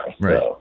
right